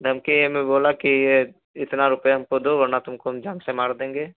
धमकी हमें ये बोला कि ये इतना रुपये हमको दो वर्ना तुमको हम जान से मार देंगे